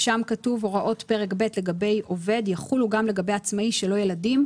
שם כתוב "הוראות פרק ב' לגבי עובד יחולו גם לגבי עצמאי שלו ילדים,